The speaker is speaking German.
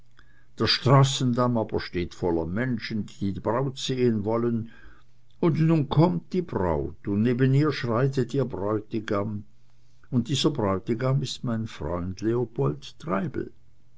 der straßendamm aber steht voller menschen die die braut sehen wollen und nun kommt die braut und neben ihr schreitet ihr bräutigam und dieser bräutigam ist mein freund leopold treibel